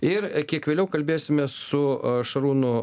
ir kiek vėliau kalbėsime su a šarūnu